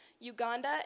Uganda